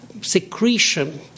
secretion